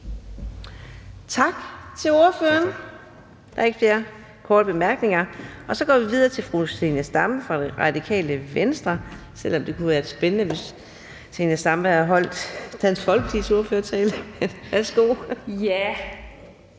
Tak til ordføreren. Der er ikke flere korte bemærkninger. Så går vi videre til fru Zenia Stampe fra Radikale Venstre, selv om det kunne have været spændende, hvis Zenia Stampe havde holdt Dansk Folkepartis ordførertale. Værsgo. Kl.